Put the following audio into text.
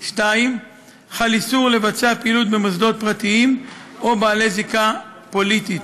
2. חל איסור לביצוע פעילות במוסדות פרטיים או בעלי זיקה פוליטית,